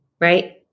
right